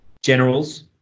Generals